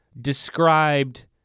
described